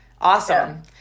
Awesome